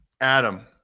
Adam